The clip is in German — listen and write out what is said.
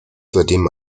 seitdem